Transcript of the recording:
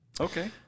Okay